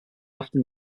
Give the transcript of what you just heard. often